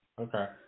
Okay